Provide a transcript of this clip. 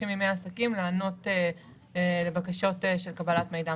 ימי עסקים לענות לבקשות של קבלת מידע מפורט.